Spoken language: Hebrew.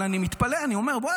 אבל אני מתפלא ואומר: ואי,